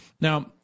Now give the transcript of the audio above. Now